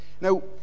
now